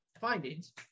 findings